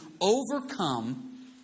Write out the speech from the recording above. overcome